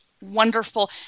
Wonderful